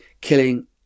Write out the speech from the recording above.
killing